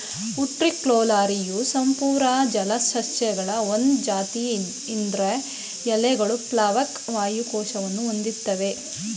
ಉಟ್ರಿಕ್ಯುಲಾರಿಯವು ಸಪೂರ ಜಲಸಸ್ಯಗಳ ಒಂದ್ ಜಾತಿ ಇದ್ರ ಎಲೆಗಳು ಪ್ಲಾವಕ ವಾಯು ಕೋಶವನ್ನು ಹೊಂದಿರ್ತ್ತವೆ